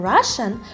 Russian